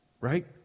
Right